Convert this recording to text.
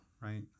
right